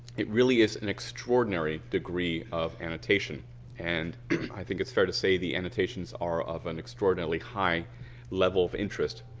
it really is an extraordinary degree of annotation and i think it's fair to say the annotations are of an extraordinarily high level of interest.